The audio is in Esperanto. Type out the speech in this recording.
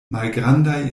malgrandaj